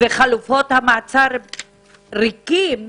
וחלופות המעצר ריקות,